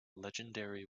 legendary